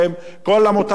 את כל המוטל עליהם,